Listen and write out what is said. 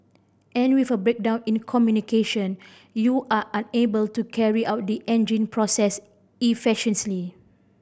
and with a breakdown in communication you are unable to carry out the engine process efficiently